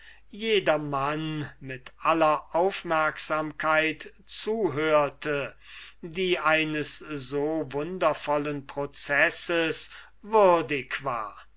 jedermann mit aller aufmerksamkeit zuhörte die eines so wundervollen processes würdig war